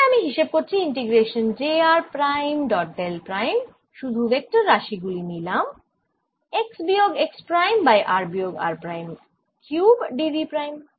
তাহলে আমি হিসেব করছি integration j r prime dot del prime শুধু ভেক্টর রাশি গুলি নিলাম x বিয়োগ x প্রাইম বাই r বিয়োগ r prime cube d V prime